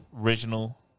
original